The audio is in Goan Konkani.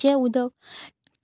जें उदक